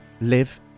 live